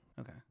Okay